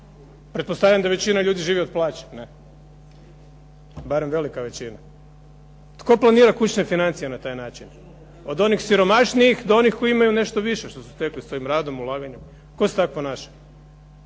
pretpostavljam da većina ljudi živi od plaće, barem velika većina, tko planira kućne financije na taj način, od onih siromašnijih do onih koji imaju nešto više što su stekli svojim radom, ulaganjem, tko se tako ponaša.